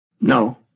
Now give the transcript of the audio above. No